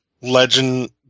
Legend